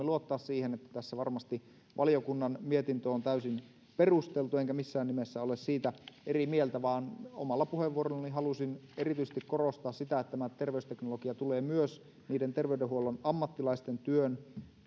luottaa siihen että tässä varmasti valiokunnan mietintö on täysin perusteltu enkä missään nimessä ole siitä eri mieltä vaan omalla puheenvuorollani halusin erityisesti korostaa sitä että tämä terveysteknologia tulee myös terveydenhuollon ammattilaisten työn